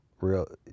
real